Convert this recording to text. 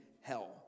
hell